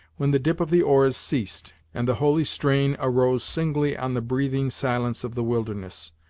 when the dip of the oars ceased, and the holy strain arose singly on the breathing silence of the wilderness.